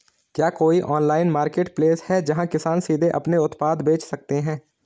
क्या कोई online marketplace है, जहां किसान सीधे अपने उत्पाद बेच सकते हैं?